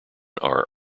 are